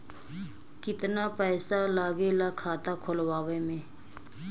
कितना पैसा लागेला खाता खोलवावे में?